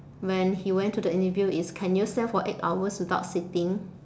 when he went to the interview is can you stand for eight hours without sitting